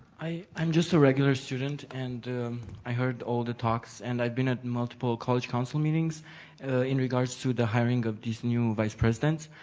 i'm just a regular student and i heard all the talks and i've been at multiple college council meetings in regards to the hiring of these new vice presidents.